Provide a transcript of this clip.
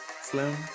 Slim